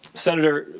senator,